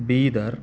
Bidar